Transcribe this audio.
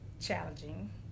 challenging